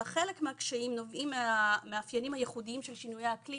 וחלק מהקשיים נובעים מהמאפיינים הייחודיים של שינויי האקלים.